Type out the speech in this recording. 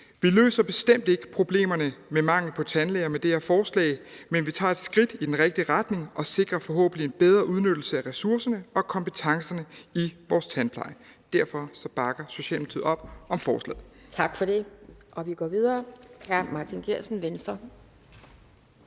Vi løser bestemt ikke problemerne med mangel på tandlæger med det her forslag, men vi tager et skridt i den rigtige retning og sikrer forhåbentlig en bedre udnyttelse af ressourcerne og kompetencerne i vores tandpleje. Derfor bakker Socialdemokratiet op om forslaget. Kl. 10:21 Anden næstformand (Pia Kjærsgaard):